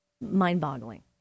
mind-boggling